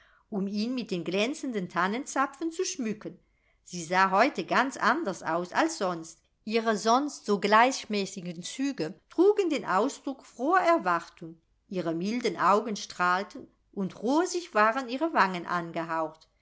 um ihn mit den glänzenden tannenzapfen zu schmücken sie sah heute ganz anders aus als sonst ihre sonst so gleichmäßigen züge trugen den ausdruck froher erwartung ihre milden augen strahlten und rosig waren ihre wangen angehaucht